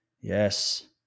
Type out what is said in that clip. Yes